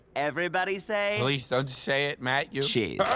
everybody say please don't say it, matthew. cheese.